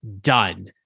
done